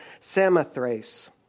Samothrace